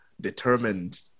determined